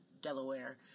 Delaware